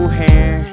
hair